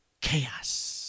chaos